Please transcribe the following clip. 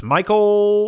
Michael